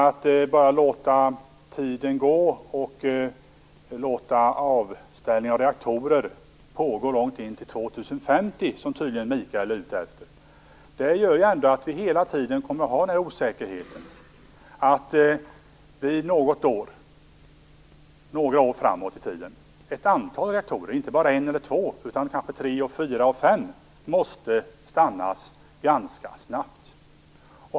Att låta avställningen av reaktorer pågå fram till 2050, vilket Mikael Odenberg tydligen är ute efter, gör att det hela tiden kommer att finnas en osäkerhet. Några år framåt i tiden måste ett antal reaktorer - inte bara en eller två, utan kanske tre och fyra och fem - stannas ganska snabbt.